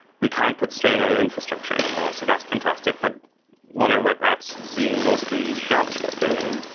we can't put strain on your infrastructure anymore, so that's fantastic. but modern web apps being mostly javascript driven,